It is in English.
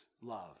love